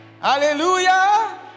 Hallelujah